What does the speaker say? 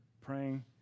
praying